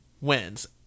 wins